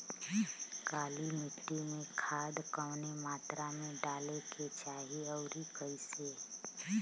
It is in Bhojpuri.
काली मिट्टी में खाद कवने मात्रा में डाले के चाही अउर कइसे?